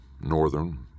northern